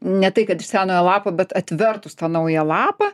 ne tai kad iš senojo lapo bet atvertus naują lapą